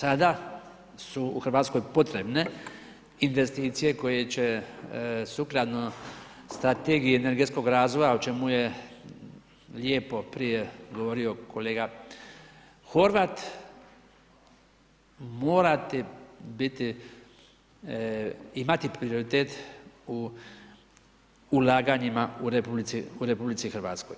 Tako da, sada, su u Hrvatskoj potrebne, investicije, koje će sukladno strategiji i energetskog razvoja, o čemu je lijepo, prije govorio kolega Horvat, morati biti, imati prioritet u ulaganjima u RH.